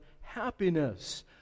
happiness